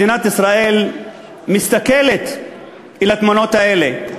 מדינת ישראל מסתכלת על התמונות האלה,